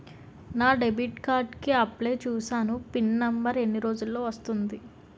నా debit card కి apply చూసాను పిన్ నంబర్ ఎన్ని రోజుల్లో వస్తుంది?